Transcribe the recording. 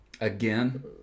Again